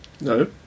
No